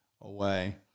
away